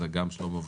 גם שלמה,